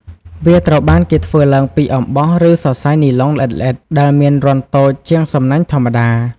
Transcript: វាត្រូវបានគេធ្វើឡើងពីអំបោះ ឬសរសៃនីឡុងល្អិតៗ ដែលមានរន្ធតូចជាងសំណាញ់ធម្មតា។